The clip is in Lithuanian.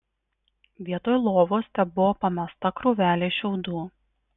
vietoj lovos tebuvo pamesta krūvelė šiaudų